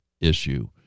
issue